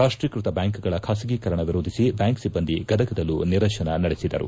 ರಾಷ್ಷೀಕೃತ ಬ್ಯಾಂಕಗಳ ಖಾಸಗೀಕರಣ ವಿರೋಧಿಸಿ ಬ್ಯಾಂಕ್ ಸಿಬ್ಬಂದಿ ಗದಗದಲ್ಲೂ ನಿರಶನ ನಡೆಸಿದರು